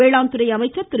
வேளாண்துறை அமைச்சர் திரு